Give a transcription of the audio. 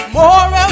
more